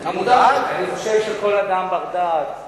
אני חושב שכל אדם בר-דעת,